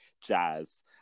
jazz